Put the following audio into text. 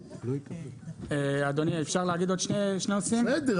חברים, יש שני דברים